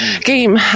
game